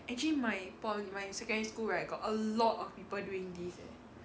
actually my poly my secondary school right got a lot of people doing this eh